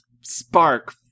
spark